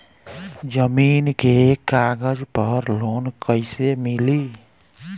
जमीन के कागज पर लोन कइसे मिली?